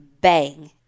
bang